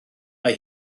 mae